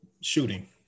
shooting